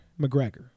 McGregor